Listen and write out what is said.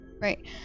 right